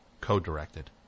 Co-directed